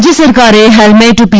રાજ્ય સરકારે હેલ્મેટ પી